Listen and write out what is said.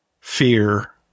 fear